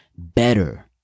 better